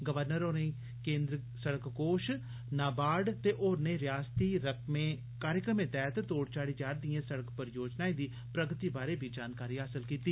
राज्यपाल होरें केन्द्री सड़क कोष नाबार्ड ते होरने रिआसती कार्यक्रमें तैहत तोड़ चाढ़ी जा'रदिएं सड़क परियोजनाएं दी प्रगति बारे बी जानकारी हासल कीती